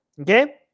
Okay